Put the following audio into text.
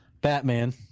Batman